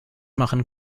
machen